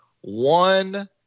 one